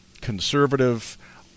conservative